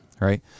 Right